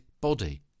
body